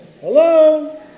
Hello